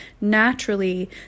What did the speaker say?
naturally